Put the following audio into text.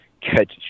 catch